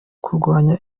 kurwanya